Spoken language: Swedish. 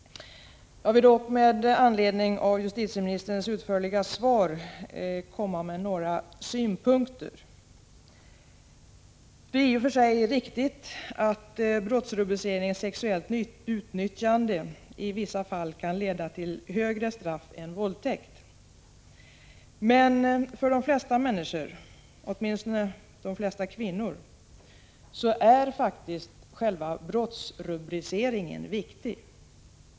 Jag vill dock med anledning av justitieministerns utförliga svar komma med några synpunkter. Det är i och för sig riktigt att brottsrubriceringen sexuellt utnyttjande i vissa fall kan leda till högre straff än våldtäkt, men för de flesta människor, åtminstone de flesta kvinnor, är själva brottsrubriceringen viktig.